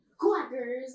Quackers